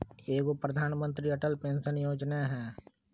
एगो प्रधानमंत्री अटल पेंसन योजना है?